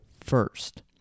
first